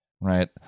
Right